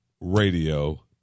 Radio